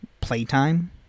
playtime